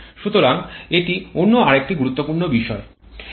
সুতরাং এটি অন্য আরেকটি গুরুত্বপূর্ণ বিষয়